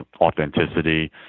authenticity